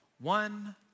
One